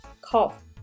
cough